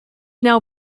now